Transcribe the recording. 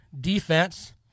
defense